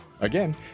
Again